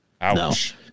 Ouch